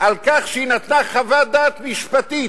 על כך שהיא נתנה חוות דעת משפטית